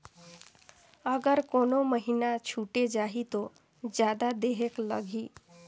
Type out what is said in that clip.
अगर कोनो महीना छुटे जाही तो जादा देहेक लगही?